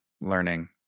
learning